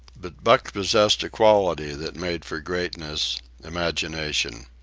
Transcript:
but buck possessed a quality that made for greatness imagination.